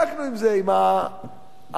אמיתי.